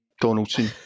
Donaldson